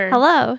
Hello